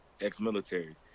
ex-military